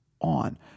on